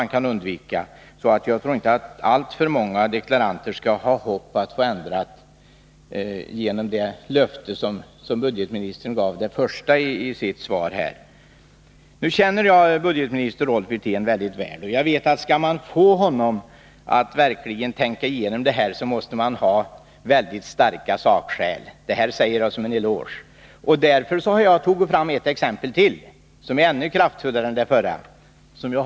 Därför tror jag inte att alltför många deklaranter skall ha hopp om att få ändringar till stånd genom det löfte budgetministern gav i sitt svar. Nu känner jag budgetminister Rolf Wirtén mycket väl, och jag vet att om man skall få honom att verkligen tänka igenom detta problem måste man ha mycket starka sakskäl — detta säger jag som en eloge — och därför har jag tagit fram ett exempel till, som är ännu kraftfullare än det förra.